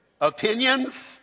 Opinions